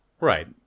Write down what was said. Right